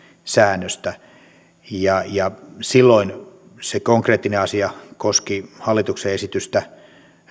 säännöstä silloin se konkreettinen asia koski hallituksen esitystä